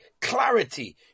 clarity